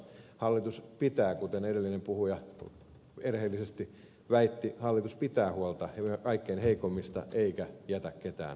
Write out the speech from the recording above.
hallitus pitää huolta toisin kuin edellinen puhuja erheellisesti väitti kaikkein heikoimmista eikä jätä ketään yksin